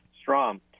Strom